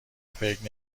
فکر